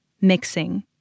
mixing